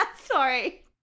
Sorry